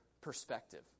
perspective